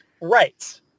Right